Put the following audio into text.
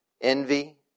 envy